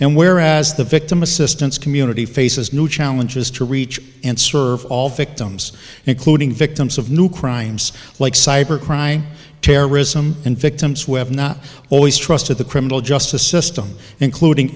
and whereas the victim assistance community faces new challenges to reach and serve all victims including victims of new crimes like cyber crime terrorism and victims who have not always trusted the criminal justice system including